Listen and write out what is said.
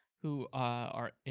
who are,